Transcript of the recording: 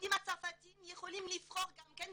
שהיהודים הצרפתים יכולים לבחור גם כן,